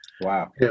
Wow